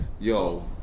Yo